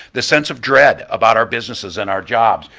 the sense of dread about our businesses and our jobs.